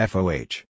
Foh